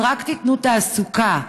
אם רק תיתנו תעסוקה,